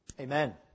Amen